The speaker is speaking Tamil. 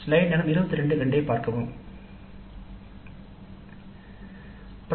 திட்டப்பணி எனக்கு குழுவில் சிறந்து விளங்க உதவியது